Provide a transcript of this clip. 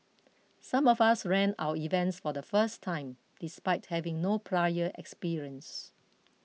some of us ran our events for the first time despite having no prior experience